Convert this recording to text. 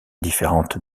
différentes